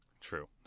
True